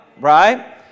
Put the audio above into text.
right